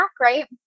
right